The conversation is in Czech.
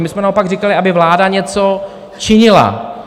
My jsme naopak říkali, aby vláda něco činila.